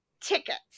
tickets